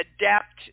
adapt